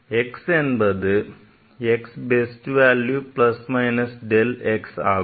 எனவே x என்பது x best value plus minus del x ஆகும்